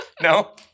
No